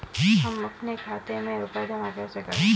हम अपने खाते में रुपए जमा कैसे करें?